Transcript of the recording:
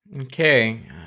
Okay